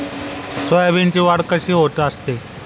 सोयाबीनची वाढ कशी होत असते?